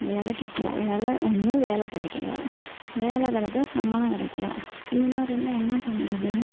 வேலைக்கு போ வேலை ஒன்று வேலை கிடைக்கல வேலை கிடச்சா சம்பளம் கிடைக்கல இந்த மாதிரி இருந்தால் என்ன பண்ணுறது